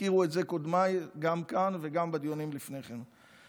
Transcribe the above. הזכירו את זה קודמיי, גם כאן וגם בדיונים לפני כן.